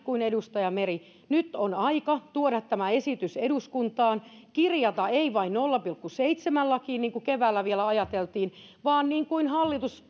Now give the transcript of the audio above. kuin edustaja meri nyt on aika tuoda tämä esitys eduskuntaan kirjata ei vain nolla pilkku seitsemään lakiin niin kuin keväällä vielä ajateltiin vaan niin kuin hallitus